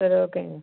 சரி ஓகேங்க